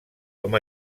com